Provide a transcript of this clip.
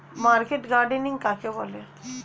Market gardening কাকে বলে?